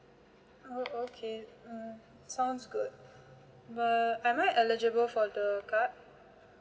oh okay mm sounds good but am I eligible for the card